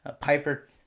piper